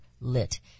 lit